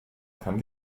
könnte